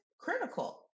critical